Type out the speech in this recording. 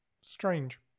Strange